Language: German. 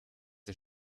der